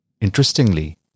Interestingly